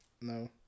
No